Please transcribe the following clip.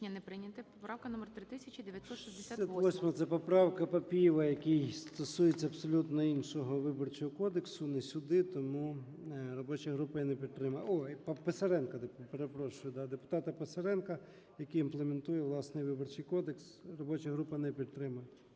Поправка номер - 3968.